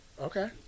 Okay